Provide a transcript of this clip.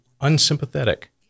unsympathetic